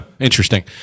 Interesting